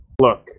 Look